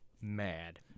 mad